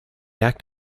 act